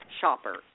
shopper